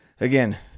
again